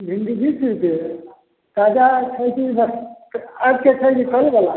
भिंडी बीस रुपिये ताजा छै कि बासि आजके छै कि कल बला